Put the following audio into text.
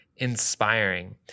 inspiring